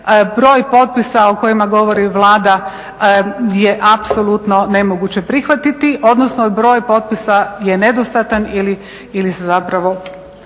broj potpisa o kojima govori Vlada je apsolutno nemoguće prihvatiti, odnosno broj potpisa je nedostatan ili Vlada